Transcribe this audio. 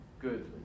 good